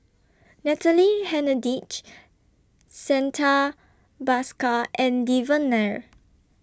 Natalie Hennedige Santha Bhaskar and Devan Nair